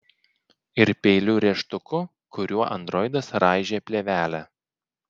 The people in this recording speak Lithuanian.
ir peiliu rėžtuku kuriuo androidas raižė plėvelę